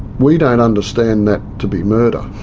we don't understand that to be murder.